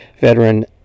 veteran